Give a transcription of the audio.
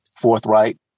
forthright